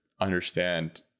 understand